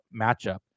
matchup